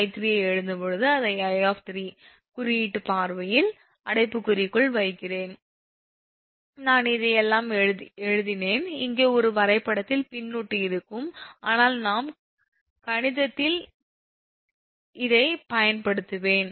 𝐼3 ஐ எழுதும்போது அதை 𝐼 குறியீட்டுப் பார்வையில் அடைப்புக்குறிக்குள் வைக்கிறேன் நான் இதையெல்லாம் எழுதினேன் இங்கே ஒரு வரைபடத்தில் பின்னொட்டு இருக்கும் ஆனால் நான் கணிதத்தில் இதை பயன்படுத்துவேன்